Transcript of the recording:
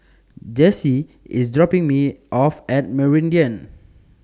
Jessie IS dropping Me off At Meridian